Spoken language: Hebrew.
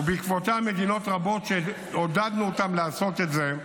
ובעקבותיה מדינות רבות שעודדנו אותן לעשות את זה.